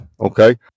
Okay